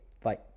Bye